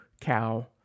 cow